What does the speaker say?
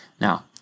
Now